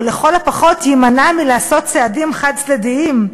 או לכל הפחות יימנע מלעשות צעדים חד-צדדיים.